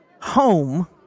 Home